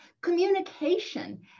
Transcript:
Communication